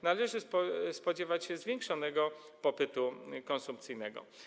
Należy spodziewać się zwiększonego popytu konsumpcyjnego.